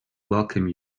welcome